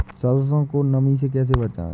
सरसो को नमी से कैसे बचाएं?